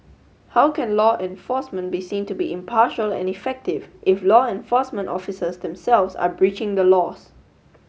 how can law enforcement be seen to be impartial and effective if law enforcement officers themselves are breaching the laws